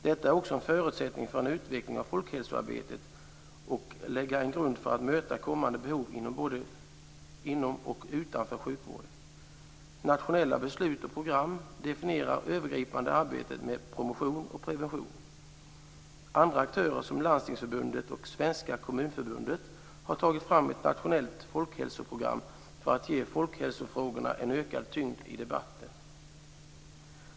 Detta är också en förutsättning för en utveckling av folkhälsoarbetet och lägger en grund för att möta kommande behov både inom och utanför sjukvården. Nationella beslut och program definierar det övergripande arbetet med promotion och prevention. Bl.a. har aktörer som Landstingsförbundet och Svenska Kommunförbundet tagit fram ett nationellt folkhälsoprogram för att ge folkhälsofrågorna en ökad tyngd i debatten.